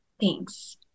Thanks